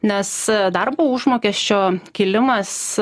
nes darbo užmokesčio kilimas